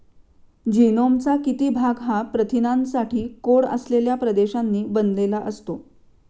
जीनोमचा किती भाग हा प्रथिनांसाठी कोड असलेल्या प्रदेशांनी बनलेला असतो?